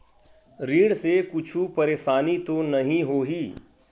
ऋण से कुछु परेशानी तो नहीं होही?